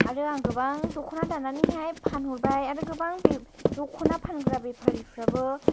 आरो आं गोबां दख'ना दानानै हाय फानहरबाय आरो गोबां बे दख'ना फानग्रा बेफारिफ्राबो